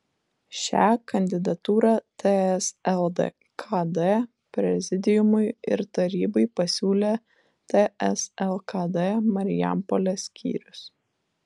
šią kandidatūrą ts lkd prezidiumui ir tarybai pasiūlė ts lkd marijampolės skyrius